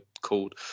called